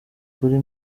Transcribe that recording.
kuri